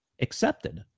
accepted